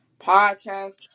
podcast